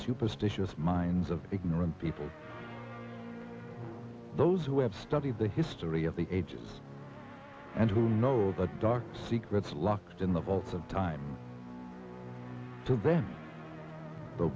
superstitious minds of ignorant people those who have studied the history of the ages and who know the dark secrets locked in the vaults of time to bend the